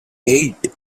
eight